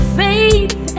faith